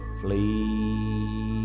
flee